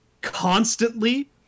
constantly